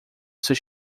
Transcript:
seus